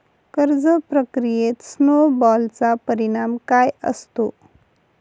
कर्ज प्रक्रियेत स्नो बॉलचा परिणाम काय असतो?